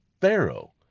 Pharaoh